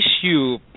issue